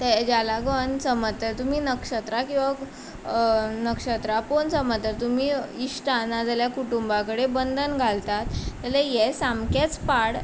ताज्या लागून तुमी जर नक्षत्रां किंवां नक्षत्रां पळोवन समज जर तुमी इश्टांक ना जाल्या कुटुंबां कडेन बंदन घालतात जाल्यार हें सामकेंच पाड